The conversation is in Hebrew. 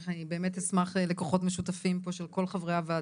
אני באמת אשמח לכוחות משותפים פה של כל חברי הוועדה.